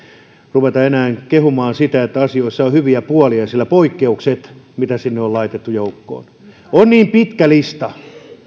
ruveta enää kehumaan sitä että asioissa on hyviä puolia sillä poikkeuksia mitä sinne on laitettu joukkoon on niin pitkä lista